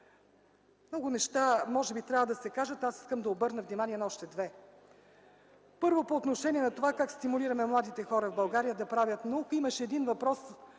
Много неща може би трябва да се кажат. Аз искам да обърна внимание на още две. Първо, по отношение на това как стимулираме младите хора в България да правят наука. Имаше един въпрос,